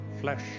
flesh